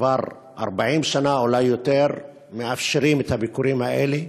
כבר 40 שנה, אולי יותר, מאפשרים את הביקורים האלה,